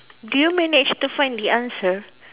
do you manage to find the answer